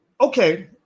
okay